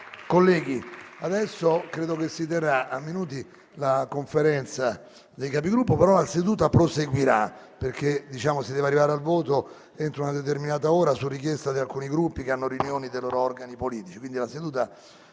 Colleghi, credo che si terrà a breve la Conferenza dei Capigruppo, ma la seduta proseguirà, perché si deve arrivare al voto entro una determinata ora, su richiesta di alcuni Gruppi che hanno riunioni dei loro organi politici.